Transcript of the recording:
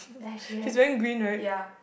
and she has ya